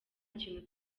kintu